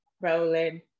rolling